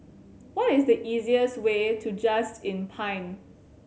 what is the easiest way to Just Inn Pine